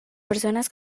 personas